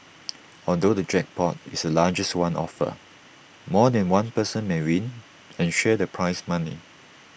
although the jackpot is the largest one offered more than one person may win and share the prize money